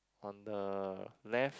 on the left